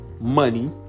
money